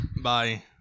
Bye